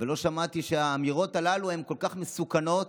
ולא שמעתי שהאמירות הללו הן כל כך מסוכנות.